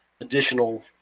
additional